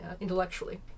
intellectually